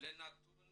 לנתון